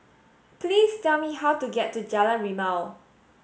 please tell me how to get to Jalan Rimau